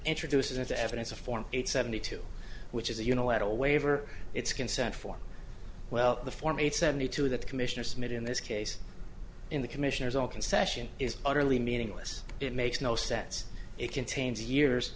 introduced into evidence a form eight seventy two which is a unilateral waiver it's consent form well the form eight seventy two that the commissioners made in this case in the commissioners all concession is utterly meaningless it makes no sense it contains years